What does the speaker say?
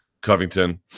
Covington